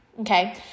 okay